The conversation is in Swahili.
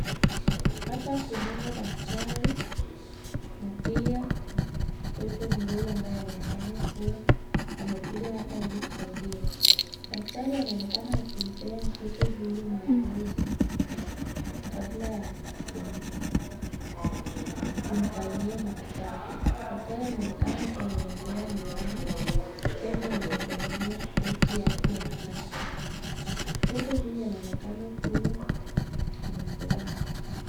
Hapa kunao daktari na pia mtoto mdogo ambaye anaonekana kuwa amekuja hapa ili kusaidiwa. Daktari anaonekana akimpea mtoto huyu maelezo kabla ya kumfanyia matibabu. Daktari anaonekana akiwa amevalia miwani, tena amevalia koti yake ya kazi. Mtoto huyu anaonekana kuwa ana furaha.